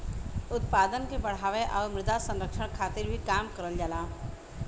उत्पादन के बढ़ावे आउर मृदा संरक्षण खातिर भी काम करल जाला